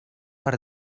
per